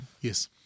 Yes